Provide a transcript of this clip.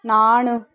naan